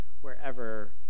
wherever